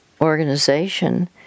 organization